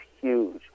huge